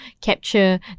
capture